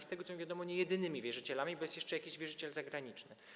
Z tego, co mi wiadomo, nie są jedynymi wierzycielami, bo jest jeszcze jakiś wierzyciel zagraniczny.